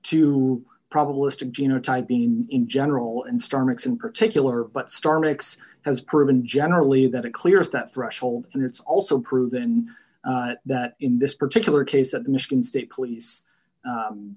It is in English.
to probably as to geno type being in general instruments in particular but starlix has proven generally that it clears that threshold and it's also proven that in this particular case that michigan state police